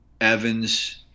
Evans